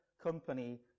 company